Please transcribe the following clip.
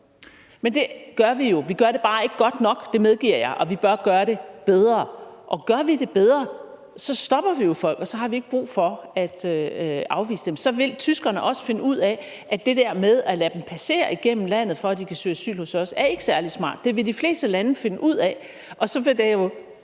Men det gør vi jo. Vi gør det bare ikke godt nok, det medgiver jeg, og vi bør gøre det bedre. Gør vi det bedre, stopper vi jo folk, og så har vi ikke brug for at afvise dem. Så vil tyskerne også finde ud af, at det der med at lade dem passere igennem landet, for at de kan søge asyl hos os, ikke er særlig smart. Det vil de fleste lande finde ud af, og så vil det jo